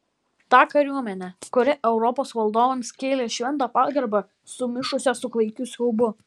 tą kariuomenę kuri europos valdovams kėlė šventą pagarbą sumišusią su klaikiu siaubu